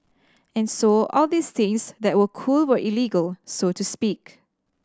and so all these things that were cool were illegal so to speak